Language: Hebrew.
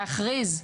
להכריז,